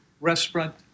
restaurant